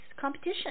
competition